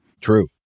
True